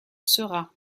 seras